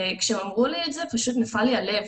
וכשהם אמרו לי את זה פשוט נפל לי הלב,